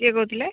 କିଏ କହୁଥିଲେ